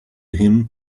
him